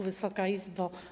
Wysoka Izbo!